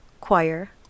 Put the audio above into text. choir